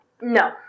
No